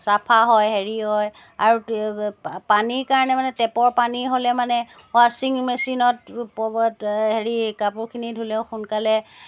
চফা হয় হেৰি হয় আৰু পানীৰ কাৰণে মানে টেপৰ পানী হ'লে মানে ৱাশ্বিং মেচিনত এই হেৰি কাপোৰখিনি ধুলেও সোনকালে